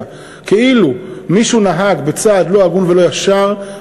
כאילו מישהו נהג בצעד לא הגון ולא ישר,